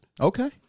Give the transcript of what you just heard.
Okay